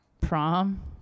Prom